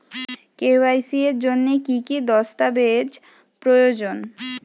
KYC এর জন্যে কি কি দস্তাবেজ প্রয়োজন?